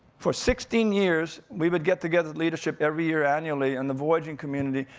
for sixteen years, we would get together, leadership, every year annually, and the voyaging community.